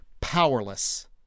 powerless